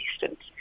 distance